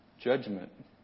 Judgment